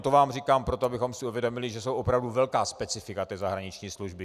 To vám říkám proto, abychom si uvědomili, že jsou opravdu velká specifika zahraniční služby.